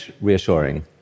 reassuring